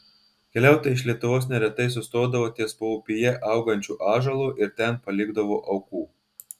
keliautojai iš lietuvos neretai sustodavo ties paupyje augančiu ąžuolu ir ten palikdavo aukų